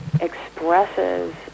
expresses